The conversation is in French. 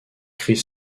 chris